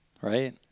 right